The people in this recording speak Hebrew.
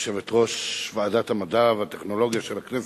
יושבת-ראש ועדת המדע והטכנולוגיה של הכנסת,